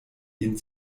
ihn